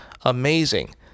Amazing